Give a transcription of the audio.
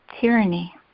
tyranny